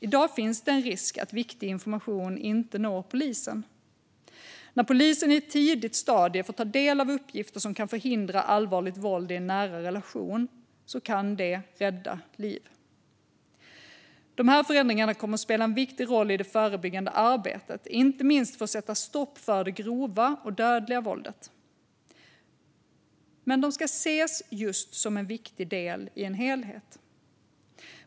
I dag finns det en risk att viktig information inte når polisen. När polisen på ett tidigt stadium får ta del av uppgifter som kan förhindra allvarligt våld i en nära relation kan det rädda liv. De här förändringarna kommer att spela en viktig roll i det förebyggande arbetet, inte minst för att sätta stopp för det grova och dödliga våldet. Men de ska ses just som en viktig del i en helhet.